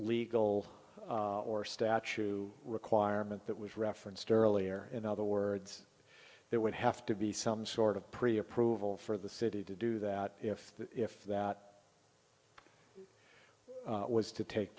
legal or statue requirement that was referenced earlier in other words there would have to be some sort of pre approval for the city to do that if if that was to take